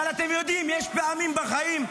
אבל אתם יודעים, יש פעמים בחיים,